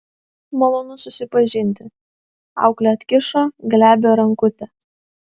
malonu susipažinti auklė atkišo glebią rankutę